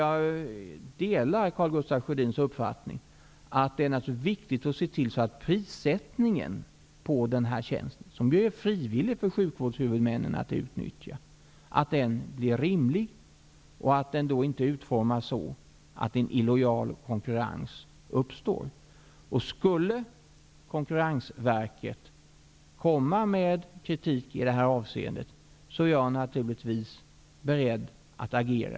Jag delar Karl Gustaf Sjödins uppfattning att det naturligtvis är viktigt att se till att prissättningen av den här tjänsten -- som är frivillig för sjukvårdshuvudmännen att utnyttja -- blir rimlig, och att den inte utformas så att en illojal konkurrens uppstår. Skulle Konkurrensverket komma med kritik i detta avseende är jag naturligtvis beredd att agera.